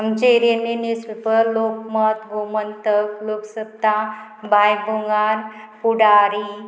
आमचे एरिएनी newspaper Lokmat Gomantak लोकसप्ता भायभुंगार पुडारी